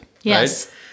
yes